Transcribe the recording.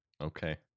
Okay